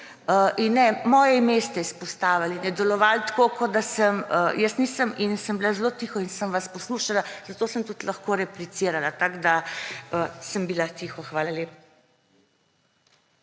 In ne … moje ime ste izpostavili, je delovalo tako, kot da sem, jaz nisem in sem bila zelo tiho in sem vas poslušala, zato sem tudi lahko replicirala. Tako da sem bila tiho. Hvala lepa.